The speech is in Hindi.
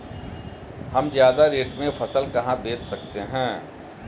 हम ज्यादा रेट में फसल कहाँ बेच सकते हैं?